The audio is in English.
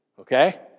Okay